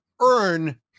earn